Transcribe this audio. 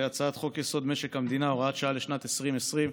הצעת חוק-יסוד: משק המדינה (הוראת שעה לשנת 2020),